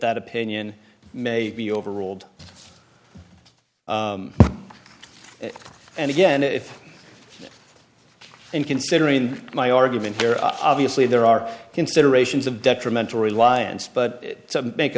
that opinion may be overruled and again if and considering my argument here obviously there are considerations of detrimental reliance but make